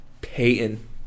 Peyton